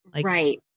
Right